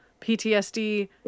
PTSD